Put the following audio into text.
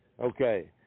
okay